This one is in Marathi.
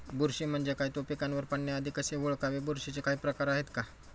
बुरशी म्हणजे काय? तो पिकावर पडण्याआधी कसे ओळखावे? बुरशीचे काही प्रकार आहेत का?